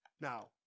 Now